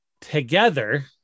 together